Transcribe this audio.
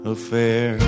Affair